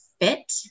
fit